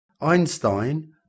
Einstein